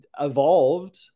evolved